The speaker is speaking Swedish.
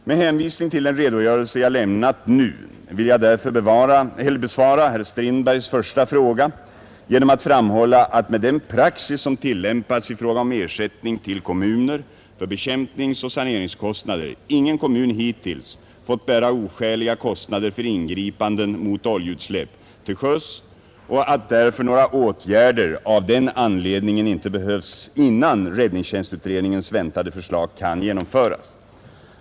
Med hänvisning till den redogörelse jag lämnat nu vill jag därför besvara herr Strindbergs första fråga genom att framhålla att med den praxis som tillämpats i fråga om ersättning till kommuner för bekämp ningsoch saneringskostnader ingen kommun hittills fått bära oskäliga kostnader för ingripanden mot oljeutsläpp till sjöss och att därför några åtgärder av den anledningen inte behövs innan räddningstjänstutredningens väntade förslag kan genomföras.